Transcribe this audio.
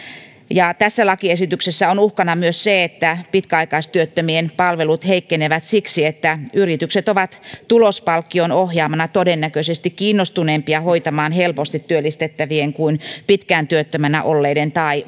tässä lakiesityksessä on uhkana myös se että pitkäaikaistyöttömien palvelut heikkenevät siksi että yritykset ovat tulospalkkion ohjaamina todennäköisesti kiinnostuneempia hoitamaan helposti työllistettävien kuin pitkään työttömänä olleiden tai